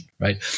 right